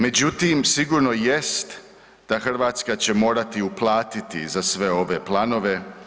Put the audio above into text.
Međutim, sigurno jest da Hrvatska će morati uplatiti za sve ove planove.